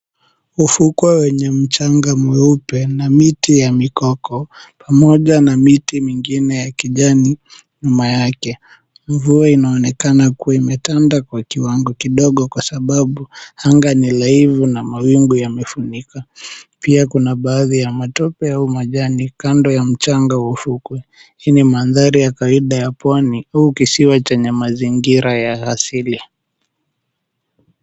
Ufukwe wenye mchanga mweupe na miti ya mikoko, pamoja na miti mingine ya kijani nyuma yake. Mvua inaonekana kuwa imetanda kwa kiwango kidogo kwa sababu anga ni laivu na mawingu yamefunika. Pia kuna baadhi ya matope au majani kando ya mchanga wa ufukwe. Hii ni mandhari ya kawaida ya pwani au kisiwa chenye mazingira ya asili.